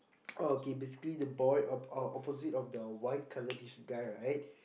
oh okay basically the boy opposite of the white coloured t-shirt guy right